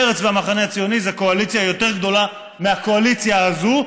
מרצ והמחנה הציוני זה קואליציה יותר גדולה מהקואליציה הזאת,